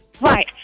Right